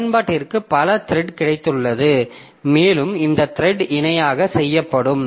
பயன்பாட்டிற்கு பல த்ரெட் கிடைத்துள்ளது மேலும் இந்த த்ரெட் இணையாக செய்யப்படும்